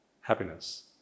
happiness